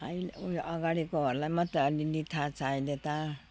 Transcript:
अहिले उयो अगाडिकोहरूलाई मात्रै अलिअलि थाहा छ अहिले त